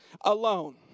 alone